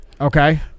Okay